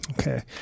okay